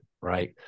right